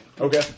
Okay